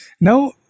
Now